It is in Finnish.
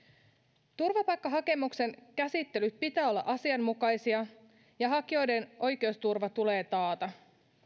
tarjota turvaa turvapaikkahakemusten käsittelyn pitää olla asianmukaista ja ja hakijoiden oikeusturva tulee taata